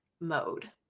Mode